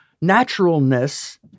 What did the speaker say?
naturalness